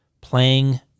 playing